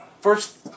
first